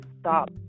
stop